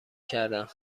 کردم